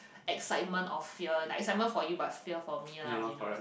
excitement of fear like excitement for you but fear for me lah you know